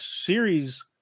series